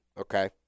okay